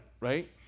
right